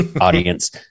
audience